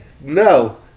No